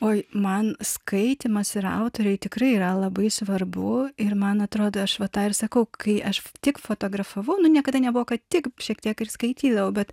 o man skaitymas ir autoriai tikrai yra labai svarbu ir man atrodo aš va tą ir sakau kai aš tik fotografavau nu niekada nebuvo kad tik šiek tiek ir skaitydavau bet